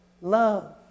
Love